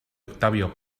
octavio